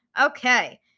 Okay